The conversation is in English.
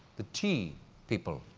the tea people.